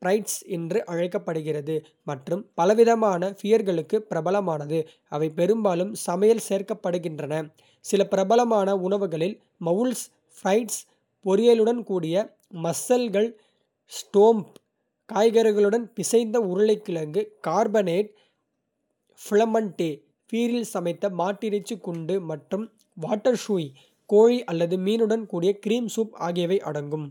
ஃப்ரைட்ஸ் என்று அழைக்கப்படுகிறது மற்றும் பலவிதமான பியர்களுக்கு பிரபலமானது, அவை பெரும்பாலும் சமையலில் சேர்க்கப்படுகின்றன. சில பிரபலமான உணவுகளில் "மவுல்ஸ்-ஃப்ரைட்ஸ் பொரியலுடன் கூடிய மஸ்ஸல்கள் ஸ்டோம்ப் காய்கறிகளுடன் பிசைந்த உருளைக்கிழங்கு). கார்பனேட் ஃபிளமண்டே பீரில் சமைத்த மாட்டிறைச்சி குண்டு மற்றும் வாட்டர்ஸூய் கோழி அல்லது மீனுடன் கூடிய கிரீம் சூப்) ஆகியவை அடங்கும்.